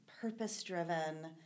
purpose-driven